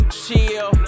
chill